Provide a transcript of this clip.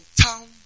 town